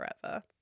forever